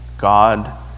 God